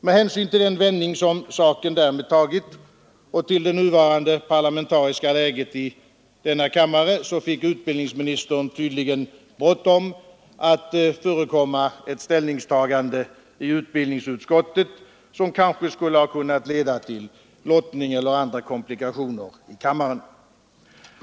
Med hänsyn till den vändning som saken därmed tagit, och till det nuvarande parlamentariska läget i denna kammare, fick utbildningsministern tydligen bråttom att förekomma ett ställningstagande i utbildningsutskottet som kanske skulle ha kunnat leda till lottning eller andra komplikationer i kammaren.